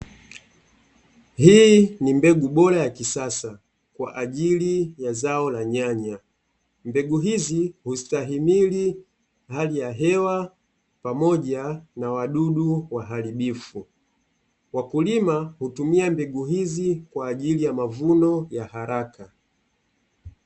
Hii ni mbegu bora ya kisasa kwa ajili ya zao la nyanya mbegu hizi hustahimili hali ya hewa pamoja na wadudu waharibifu, wakulima hutumia mbegu hizi kwa ajili ya mavuno ya haraka.